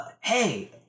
hey